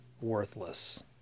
worthless